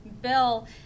Bill